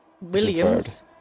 Williams